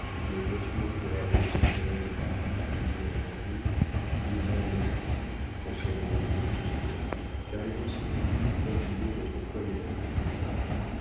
les voitures pour aller aux environs de paris et pour en revenir des vins exquis consommés à profusion car les danseuses vivent comme vivaient autrefois les athlètes